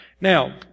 Now